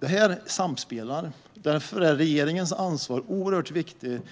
Det här samspelar. Därför är regeringens ansvar oerhört stort.